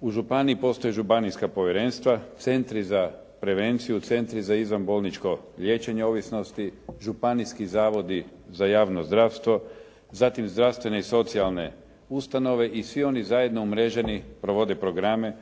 U županiji postoje županijska povjerenstva, centri za prevenciju, centri za izvanbolničko liječenje ovisnosti, županijski zavodi za javno zdravstvo, zatim zdravstvene i socijalne ustanove i svi oni zajedno umreženi provode programe